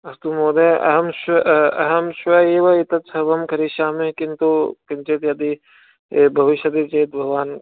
अस्तु महोदय अहं श्व अहं श्व एव एतत् सर्वं करिष्यामि किन्तु किञ्चित् यदि भविष्यति चेत् भवान्